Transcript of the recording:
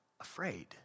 afraid